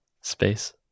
space